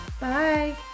Bye